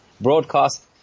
broadcast